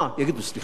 יגידו: סליחה,